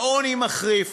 העוני המחריף,